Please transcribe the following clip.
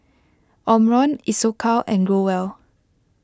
Omron Isocal and Growell